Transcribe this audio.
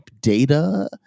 data